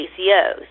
ACOs